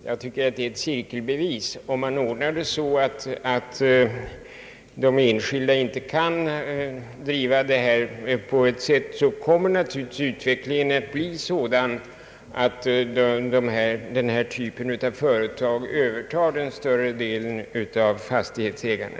Jag tycker att det är ett cirkelbevis. Om man ordnar det så att de enskilda företagen inte kan driva verksamheten, kommer naturligtvis utvecklingen att bli sådan att den andra typen av företag övertar större delen av fastighetsägandet.